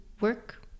work